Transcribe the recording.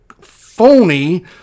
phony